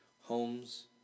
Homes